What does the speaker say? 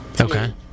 Okay